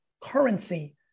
currency